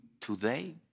today